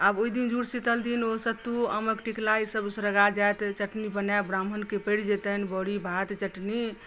आब ओहिदिन जुड़शीतल दिन ओ सत्तू आमक टिकुला ई सब उसरगा जायत चटनी बनायब ब्राह्मणकेँ परि जएतनि बरी भात चटनी